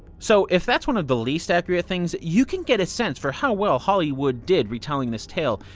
so if that's one of the least accurate things, you can get a sense for how well hollywood did retelling this tale.